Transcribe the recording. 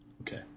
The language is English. Okay